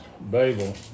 Babel